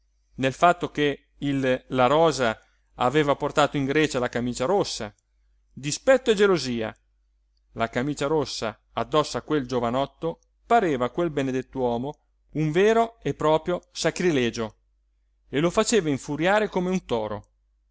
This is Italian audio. nel fatto che il la rosa aveva portato in grecia la camicia rossa dispetto e gelosia la camicia rossa addosso a quel giovanotto pareva a quel benedett'uomo un vero e proprio sacrilegio e lo faceva infuriare come un toro